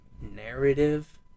narrative